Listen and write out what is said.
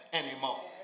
anymore